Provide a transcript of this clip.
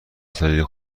صندلی